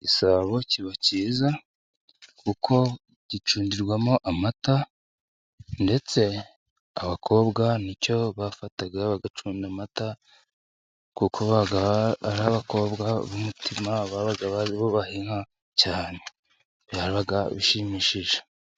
Igisabo kiba cyiza kuko gicundirwamo amata, ndetse abakobwa n'icyo bafataga bagacunda amata kuko babaga ari abakobwa b'umutima babaga bubaha inka cyane, byabaga bishimishije.